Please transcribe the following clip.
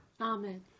Amen